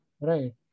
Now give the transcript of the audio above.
right